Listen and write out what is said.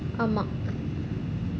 ஆமா:aamaa